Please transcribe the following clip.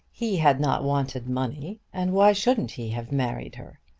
he had not wanted money and why shouldn't he have married her?